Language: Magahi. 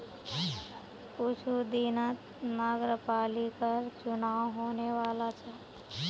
कुछू दिनत नगरपालिकर चुनाव होने वाला छ